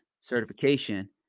certification